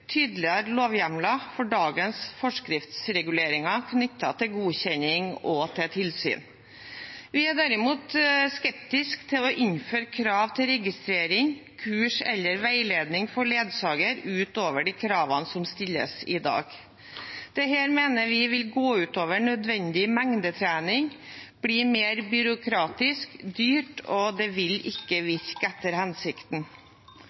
tydeligere lovhjemler for dagens forskriftsreguleringer knyttet til godkjenning og tilsyn. Vi er derimot skeptiske til å innføre krav til registrering, kurs eller veiledning for ledsagere utover de kravene som stilles i dag. Dette mener vi vil gå ut over nødvendig mengdetrening, bli mer byråkratisk og dyrt og